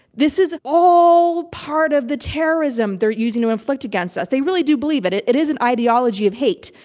this is all part of the terrorism they're using to inflict against us. they really do believe that. it it is an ideology of hate.